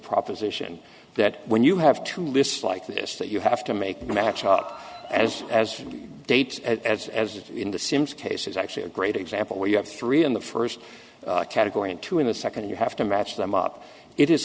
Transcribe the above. proposition that when you have two lists like this that you have to make match up as as dates as as in the sims case is actually a great example where you have three in the first category and two in the second you have to match them up it is